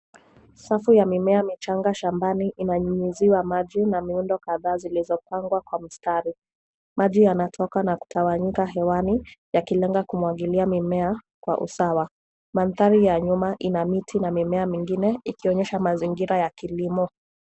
Safu ya mimea michanga shambani inanyunyiziwa maji na miundo kadhaa zilizopangwa kwa mistari. Maji yanatoka na kutawanyika hewani, yakilenga kumwagilia mimea kwa usawa. Mandhari ya nyuma ina miti na mimea mingine ikionyesha mazingira ya kilimo.